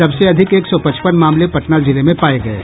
सबसे अधिक एक सौ पचपन मामले पटना जिले में पाये गये